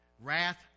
Wrath